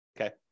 okay